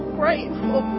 grateful